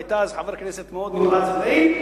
והיית אז חבר כנסת מאוד נמרץ ופעיל,